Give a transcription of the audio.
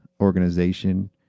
organization